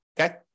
okay